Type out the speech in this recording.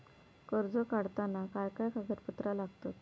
कर्ज काढताना काय काय कागदपत्रा लागतत?